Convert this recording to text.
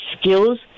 skills